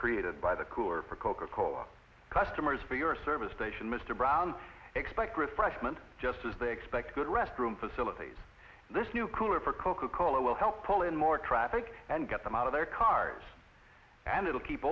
created by the cooler for coca cola customers for your service station mr brown expect refreshment just as they expect good restroom facilities this new cooler for coca cola will help pull in more traffic and get them out of their cars and it'll keep